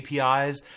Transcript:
APIs